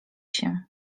się